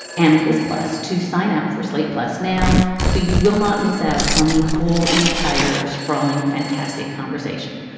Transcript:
amicus plus to sign up for slate plus now so you will not miss out on the whole entire sprawling, fantastic conversation.